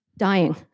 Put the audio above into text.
dying